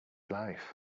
life